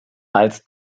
als